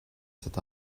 cet